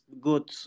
good